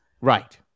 Right